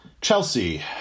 Chelsea